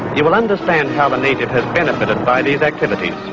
you will understand how the native has benefited by these activities.